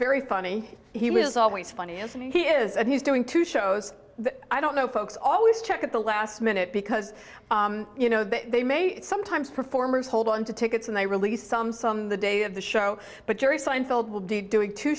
very funny he was always funny and he is and he's doing two shows i don't know folks always check at the last minute because you know they may sometimes performers hold on to tickets and they released some some the day of the show but jerry seinfeld will do doing two